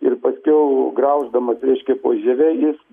ir paskiau grauždamas reiškia po žieve jis